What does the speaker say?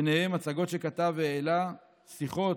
ובהן הצגות שכתב והעלה, שיחות,